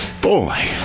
Boy